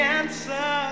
answer